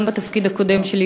גם מהתפקיד הקודם שלי,